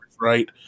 right